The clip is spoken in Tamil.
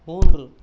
மூன்று